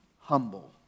humble